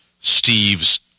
Steve's